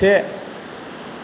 से